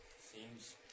Seems